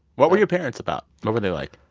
what were your parents about? what were they like?